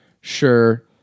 Sure